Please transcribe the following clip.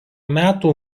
metų